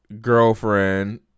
girlfriend